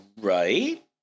right